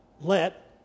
Let